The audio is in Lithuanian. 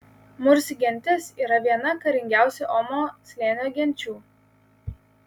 mursi gentis yra viena karingiausių omo slėnio genčių